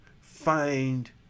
Find